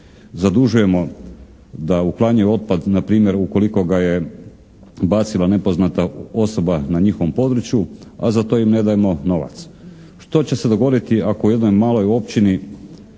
zadužujemo da uklanjaju otpad na primjer ukoliko ga je bacila nepoznata osoba na njihovom području, a za to im ne dajemo novac. Što će se dogoditi ako u jednoj maloj općini